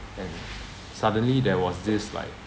and suddenly there was this like